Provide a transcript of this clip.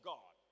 God